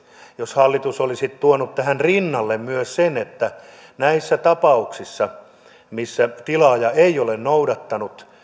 jos hallitus olisi tuonut tähän rinnalle myös sen että näissä tapauksissa missä tilaaja ei ole noudattanut